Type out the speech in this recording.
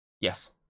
yes